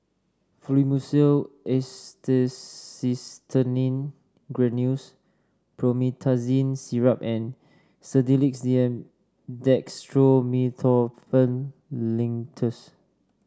Fluimucil Acetylcysteine Granules Promethazine Syrup and Sedilix D M Dextromethorphan Linctus